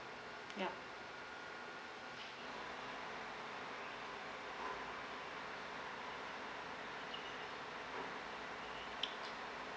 yup